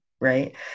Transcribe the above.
right